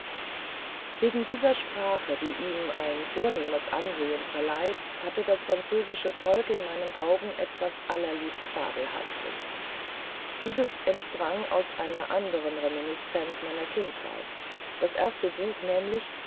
wegen dieser sprache die ihm ein vornehmes ansehen verleiht hatte das französische volk in meinen augen etwas allerliebst fabelhaftes dieses entsprang aus einer anderen reminiszenz meiner kindheit das erste buch nämlich